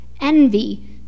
envy